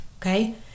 Okay